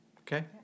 Okay